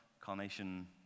Carnation